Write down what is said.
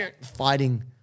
fighting